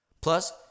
Plus